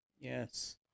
Yes